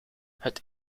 het